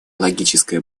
логическое